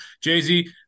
Jay-Z